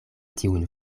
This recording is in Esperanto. tiujn